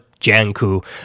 Janku